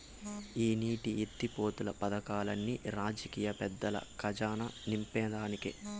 ఈ నీటి ఎత్తిపోతలు పదకాల్లన్ని రాజకీయ పెద్దల కజానా నింపేదానికే